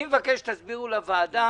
אני מבקש שתסבירו לוועדה,